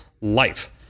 life